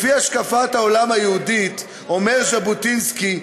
לפי השקפת העולם היהודית, אומר ז'בוטינסקי,